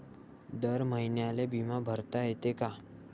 दर महिन्याले बिमा भरता येते का?